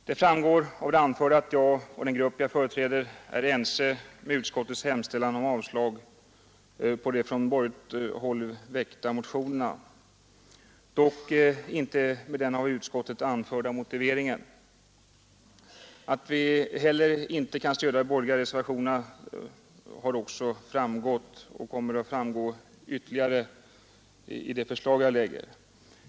Det framgår av det anförda att jag och den grupp jag företräder är ense med utskottet om att hemställa om avslag på de från borgerligt håll väckta motionerna, dock inte med den av utskottet anförda motiveringen. Att vi heller inte kan stödja den borgerliga reservationen har också framgått och kommer att framgå ytterligare av det förslag jag ställer.